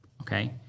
okay